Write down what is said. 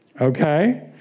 Okay